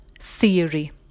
theory